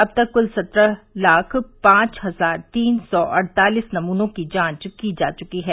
अब तक कुल सत्रह लाख पांच हजार तीन सौ अड़तालीस नमूनों की जांच की जा चुकी है